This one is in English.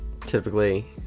typically